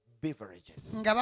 beverages